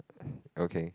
okay